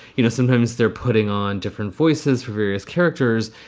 you know, sometimes they're putting on different voices for various characters,